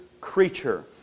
creature